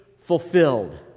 fulfilled